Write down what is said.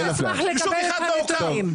אני אשמח לקבל את הנתונים.